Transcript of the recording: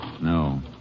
No